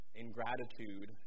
ingratitude